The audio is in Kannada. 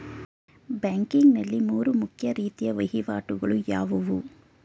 ಬ್ಯಾಂಕಿಂಗ್ ನಲ್ಲಿ ಮೂರು ಮುಖ್ಯ ರೀತಿಯ ವಹಿವಾಟುಗಳು ಯಾವುವು?